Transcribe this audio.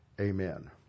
amen